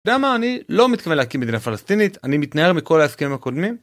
למה אני לא מתכוון להקים מדינה פלסטינית? אני מתנער מכל ההסכמים הקודמים?